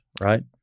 right